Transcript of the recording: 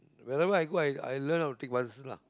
whenever I go I I learn how to take buses lah